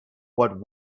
what